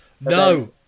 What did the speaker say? no